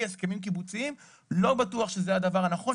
הסכמים קיבוציים - לא בטוח שזה הדבר הנכון.